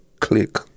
Click